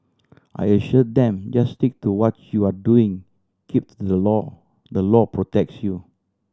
I assured them just stick to what you are doing keep to the law the law protects you